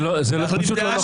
זאת אומרת,